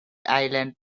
island